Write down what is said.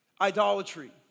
idolatry